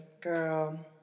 Girl